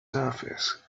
surface